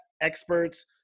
experts